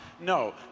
No